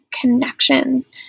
connections